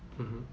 mmhmm